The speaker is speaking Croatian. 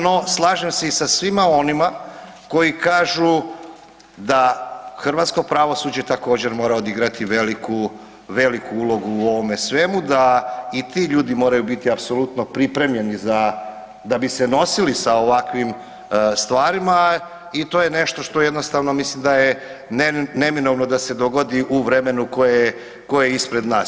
No, slažem se i sa svima onima koji kažu da hrvatsko pravosuđe također mora odigrati veliku, veliku ulogu u ovome svemu da i ti ljudi moraju biti apsolutno pripremljeni da bi se nosili sa ovakvim stvarima i to je nešto što jednostavno mislim da je neminovno da se dogodi u vremenu koje je ispred nas.